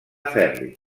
ferri